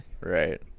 right